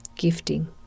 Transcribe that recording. gifting